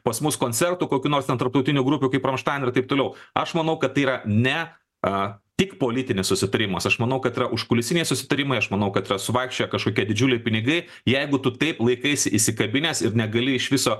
pas mus koncertų kokių nors ten tarptautinių grupių kaip ramštain ir taip toliau aš manau kad yra ne a tik politinis susitarimas aš manau kad yra užkulisiniai susitarimai aš manau kad yra suvaikščioję kažkokie didžiuliai pinigai jeigu tu taip laikaisi įsikabinęs ir negali iš viso